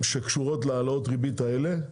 שקשורות להעלאות הריבית האלה,